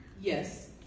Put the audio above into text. Yes